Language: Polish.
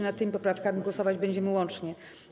Nad tymi poprawkami głosować będziemy łącznie.